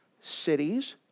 cities